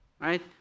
right